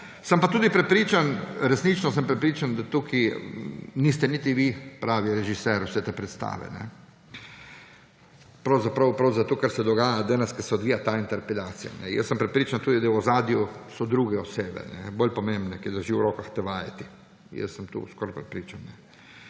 resnično sem prepričan, da tukaj niste niti vi pravi režiser vse te predstave, pravzaprav prav za to, kar se dogaja danes, ko se odvija ta interpelacija. Jaz sem prepričan, da tudi v ozadju so druge osebe, bolj pomembne, ki držijo v rokah te vajeti. Jaz sem to skoraj prepričan.